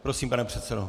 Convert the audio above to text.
Prosím, pane předsedo.